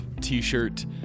t-shirt